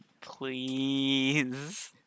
Please